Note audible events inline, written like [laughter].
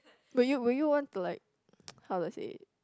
will you will you want to like [noise] how do I say it